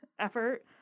effort